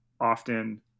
often